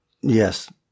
Yes